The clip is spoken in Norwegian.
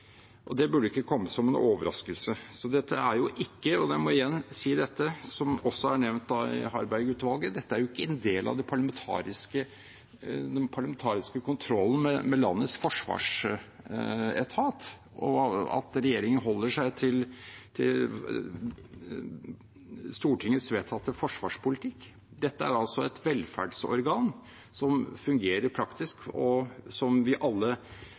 Det burde ikke komme som noen overraskelse – og jeg må igjen si dette, som også er nevnt av Harberg-utvalget – at dette ikke er en del av den parlamentariske kontrollen med landets forsvarsetat, og at regjeringen holder seg til Stortingets vedtatte forsvarspolitikk. Dette er altså et velferdsorgan som fungerer praktisk, og som vi alle